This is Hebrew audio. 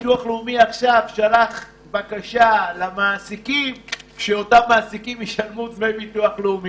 ביטוח לאומי שלח עכשיו בקשה למעסיקים שישלמו ביטוח לאומי,